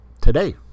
today